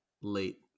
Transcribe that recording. late